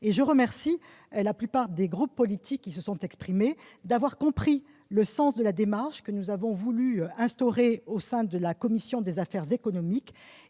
Je remercie la plupart des orateurs qui se sont exprimés d'avoir compris le sens de la démarche que nous avons voulu mettre en oeuvre au sein de la commission des affaires économiques